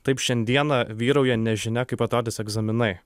taip šiandieną vyrauja nežinia kaip atrodys egzaminai